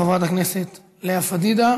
חברת הכנסת לאה פדידה.